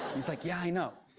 he's like, yeah, i know.